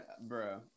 bro